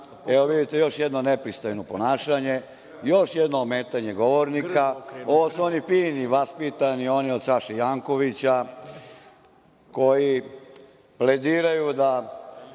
evo vidite još jedno nepristojno ponašanje, još jedno ometanje govornika, ono su oni fini vaspitani, oni od Saše Jankovića, koji plediraju da